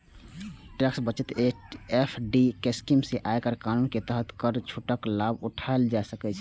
tax बचत FD scheme सं आयकर कानून के तहत कर छूटक लाभ उठाएल जा सकैए